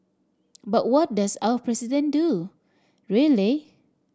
but what does our President do really